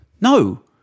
No